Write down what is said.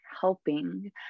helping